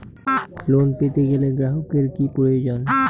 Loan পেতে গেলে গ্রাহকের কি প্রয়োজন?